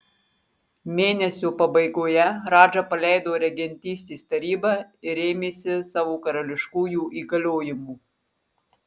mėnesio pabaigoje radža paleido regentystės tarybą ir ėmėsi savo karališkųjų įgaliojimų